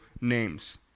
names